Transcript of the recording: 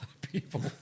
people